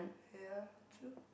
ya true